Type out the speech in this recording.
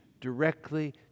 directly